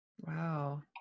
Wow